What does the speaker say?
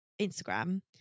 Instagram